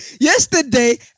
Yesterday